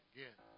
Again